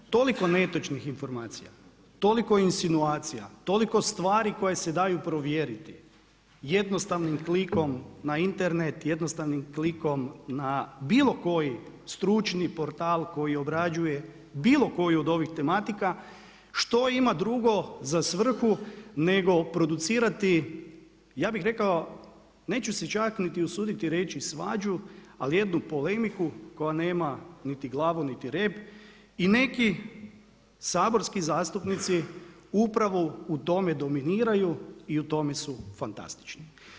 Toliko netočnih informacija, toliko insinuacija, toliko stvari koje se daju provjeriti, jednostavnim klikom na Internet, jednostavnim klikom na bilo koji stručni portal koji obrađuje bilo koji od ovih tematika, što ima drugo za svrhu nego producirati, ja bih rekao, neću se čak niti usuditi reći svađu, ali jednu polemiku koja nema niti glavu niti rep i neki saborski zastupnici upravo u tome dominiraju i u tome su fantastični.